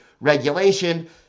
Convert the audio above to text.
regulation